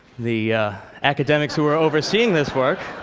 the academics who were overseeing this work